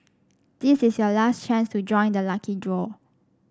this is your last chance to join the lucky draw